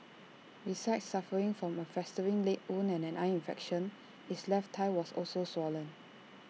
besides suffering from A festering leg wound and an eye infection its left thigh was also swollen